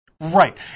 right